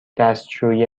دستشویی